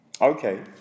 Okay